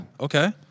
Okay